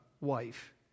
wife